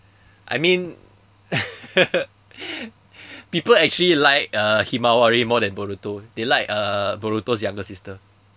I mean people actually like uh himawari more than boruto they like uh boruto's younger sister